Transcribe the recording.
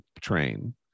train